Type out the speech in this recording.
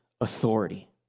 authority